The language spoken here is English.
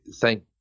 thank